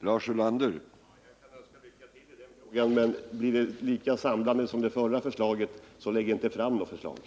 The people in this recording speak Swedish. Herr talman! Jag kan önska lycka till i den frågan. Men blir förslaget lika samlande som det förra, så lägg inte fram något förslag!